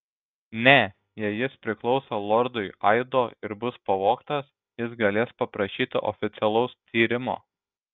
ne jei jis priklauso lordui aido ir bus pavogtas jis galės paprašyti oficialaus tyrimo